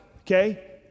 okay